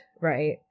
right